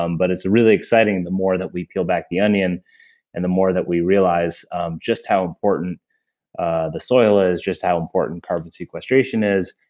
um but it's really exciting. the more that we peel back the onion and the more we realize just how important ah the soil is, just how important carbon sequestration is,